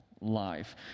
life